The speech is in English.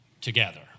together